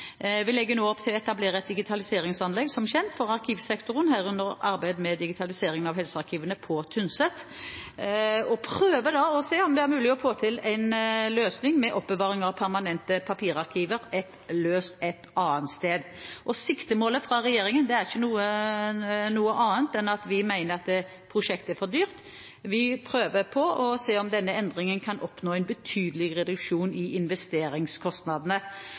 Vi legger nå opp til å etablere et digitaliseringsanlegg for arkivsektoren på Tynset, som kjent, herunder arbeid med digitaliseringen av helsearkivene, og prøver da å se om det er mulig å få til en løsning med oppbevaring av permanente papirarkiver et annet sted. Vurderingen fra regjeringen er ikke annet enn at vi mener at prosjektet er for dyrt. Vi ser på om denne endringen kan oppnå en betydelig reduksjon i investeringskostnadene.